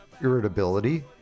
irritability